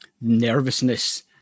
nervousness